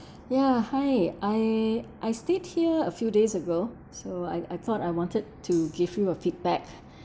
ya hi I I stayed here a few days ago so I I thought I wanted to give you a feedback